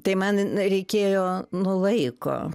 tai man reikėjo nu laiko